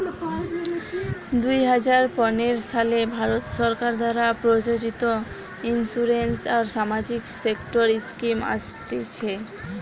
দুই হাজার পনের সালে ভারত সরকার দ্বারা প্রযোজিত ইন্সুরেন্স আর সামাজিক সেক্টর স্কিম আসতিছে